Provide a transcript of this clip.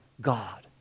God